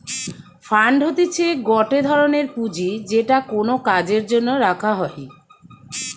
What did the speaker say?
fund হতিছে গটে ধরনের পুঁজি যেটা কোনো কাজের জন্য রাখা হই